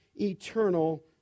eternal